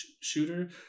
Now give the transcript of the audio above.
shooter